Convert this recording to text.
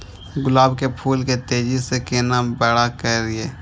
गुलाब के फूल के तेजी से केना बड़ा करिए?